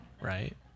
right